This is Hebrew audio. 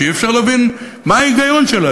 שאי-אפשר להבין מה ההיגיון שלה,